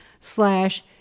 slash